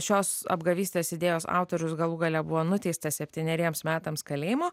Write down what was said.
šios apgavystės idėjos autorius galų gale buvo nuteistas septyneriems metams kalėjimo